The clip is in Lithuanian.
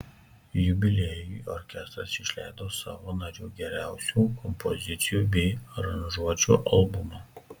jubiliejui orkestras išleido savo narių geriausių kompozicijų bei aranžuočių albumą